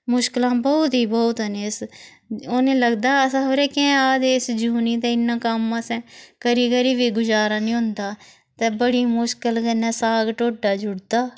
मुश्कलां बोह्त ही बोह्त न इस उ'नें लगदा अस खबरै कैंह् आए दे इस जूनी ते इन्ना कम्म असें करी करी बी गुजारा नी होंदा ते बड़ी मुश्कल कन्नै साग टोडा जुड़दा